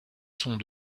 sons